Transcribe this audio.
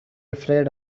afraid